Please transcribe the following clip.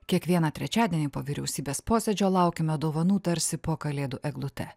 kiekvieną trečiadienį po vyriausybės posėdžio laukiame dovanų tarsi po kalėdų eglute